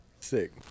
Sick